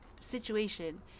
situation